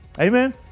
Amen